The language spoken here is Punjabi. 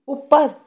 ਉੱਪਰ